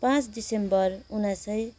पाँच डिसेम्बर उन्नाइस सय